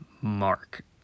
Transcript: Mark